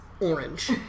orange